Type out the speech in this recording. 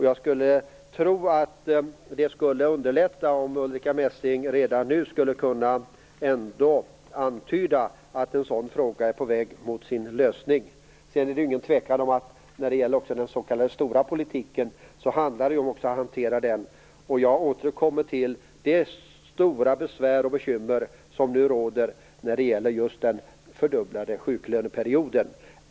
Jag tror att det skulle underlätta om Ulrica Messing redan nu ändå kunde antyda att en sådan fråga är på väg mot sin lösning. Det är inte någon tvekan om att det också handlar om att hantera den "stora" politiken, och jag återkommer till det stora besvär och bekymmer som nu råder när det gäller just den fördubblade sjuklöneperioden.